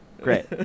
great